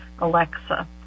Alexa